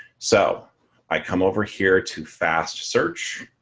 so i come over here to fast search